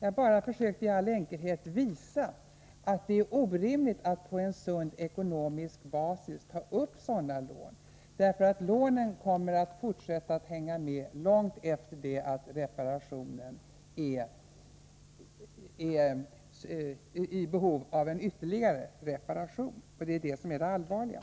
Jag försökte bara att i all enkelhet visa att det är orimligt att på en sund ekonomisk basis ta upp sådana lån, eftersom lånen kommer att fortsätta att hänga med långt efter det att fastighetsreparationen är förbrukad. Det är det som är det allvarliga.